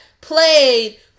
played